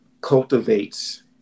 cultivates